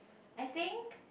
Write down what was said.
I think